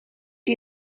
you